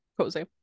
cozy